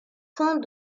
camp